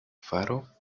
faro